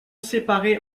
séparées